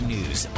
News